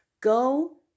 Go